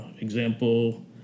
example